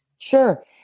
Sure